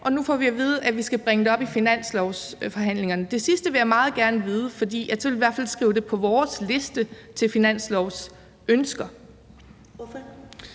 og nu får vi at vide, at vi skal bringe det op i finanslovsforhandlingerne. Det sidste vil jeg meget gerne vide, for så vil vi i hvert fald skrive det på vores liste til finanslovsønsker.